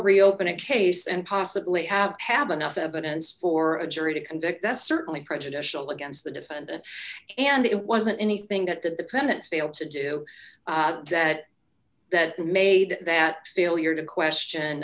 reopen a case and possibly have have another evidence for a jury to convict that's certainly prejudicial against the defendant and it wasn't anything that did the president failed to do that that made that failure to question